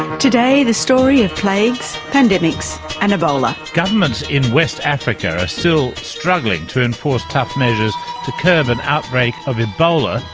today the story of plagues, pandemics and ebola'. governments in west africa are still struggling to enforce tough measures to curb an outbreak of ebola.